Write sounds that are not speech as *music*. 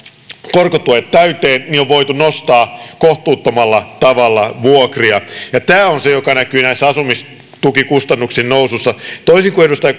korkotuet täyteen niin on voitu nostaa kohtuuttomalla tavalla vuokria tämä on se joka näkyy näissä asumistukikustannusten nousussa toisin kuin edustaja *unintelligible*